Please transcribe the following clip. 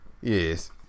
Yes